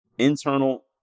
internal